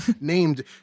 named